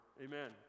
Amen